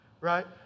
right